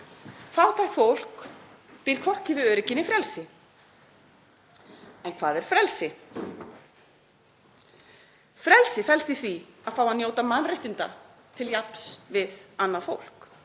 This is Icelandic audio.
Fátækt fólk býr hvorki við öryggi né frelsi. En hvað er frelsi? Frelsi felst í því að fá að njóta mannréttinda til jafns við annað fólk.